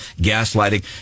gaslighting